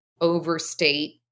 overstate